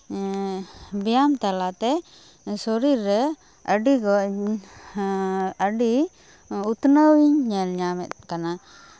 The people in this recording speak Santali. ᱵᱮᱭᱟᱢ ᱛᱟᱞᱟᱛᱮ ᱥᱚᱨᱤᱨ ᱨᱮ ᱟᱹᱰᱤ ᱜᱟᱱ ᱟᱹᱰᱤ ᱩᱛᱱᱟᱹᱣ ᱤᱧ ᱧᱮᱞ ᱧᱟᱢᱮᱫ ᱠᱟᱱᱟ